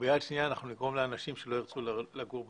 וביד שניה אנחנו נגרום לאנשים שלא ירצו לגור בנגב.